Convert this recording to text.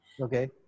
Okay